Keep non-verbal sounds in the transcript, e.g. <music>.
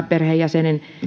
<unintelligible> perheenjäsenen